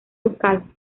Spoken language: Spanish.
ducal